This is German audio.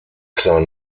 klar